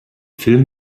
film